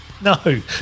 No